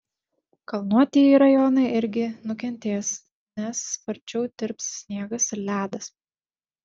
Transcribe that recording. kalnuotieji rajonai irgi nukentės nes sparčiau tirps sniegas ir ledas